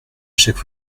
chaque